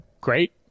great